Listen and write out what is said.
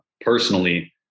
personally